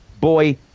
boy